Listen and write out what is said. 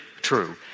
true